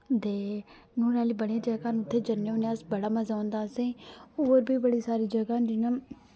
ते नौह्ने आह्ली बड़ी जगह्ं न उत्थै जन्ने होन्ने अस बड़ा मजा औंदा असें होर बी बड़ी सारी जगह्ं न जि'यां